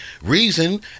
Reason